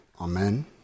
Amen